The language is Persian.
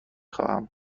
خواهم